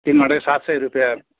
तिन घण्टाको सात सय रुपियाँ